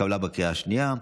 התקבלה בקריאה השנייה.